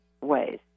ways